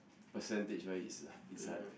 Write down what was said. percentage wise it's it's hard